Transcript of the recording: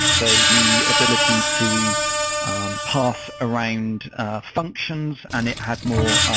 so the ability to pass around functions and it had more